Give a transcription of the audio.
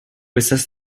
assess